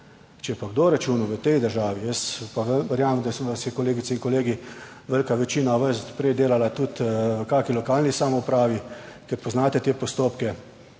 je pa kdo računal v tej državi, jaz pa verjamem, da se vas je kolegice in kolegi Velika večina vas prej delala tudi v kakšni lokalni samoupravi, kjer poznate te postopke,